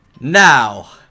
Now